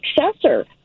successor